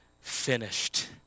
finished